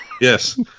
Yes